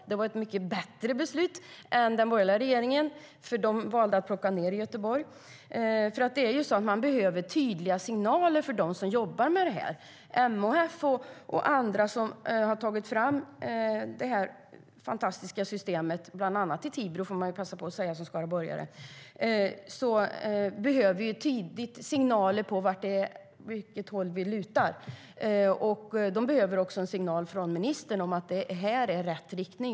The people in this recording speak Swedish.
Det var ett mycket bättre beslut än den borgerliga regeringens, för de valde att plocka ned i Göteborg.Man behöver ge tydliga signaler till dem som jobbar med det här. MHF och andra som tagit fram det fantastiska systemet, bland annat i Tibro, vill jag som skaraborgare passa på att säga, behöver tidigt en signal om åt vilket håll det lutar. De behöver också en signal från ministern om att riktningen är rätt.